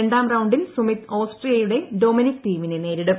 രണ്ടാം റൌണ്ടിൽ സുമിത് ഓസ്ട്രിയയുടെ ഡൊമനിക് തീമിനെ നേരിടും